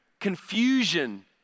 confusion